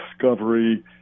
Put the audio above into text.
discovery